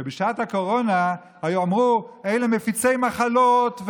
ובשעת הקורונה אמרו: אלה מפיצי מחלות,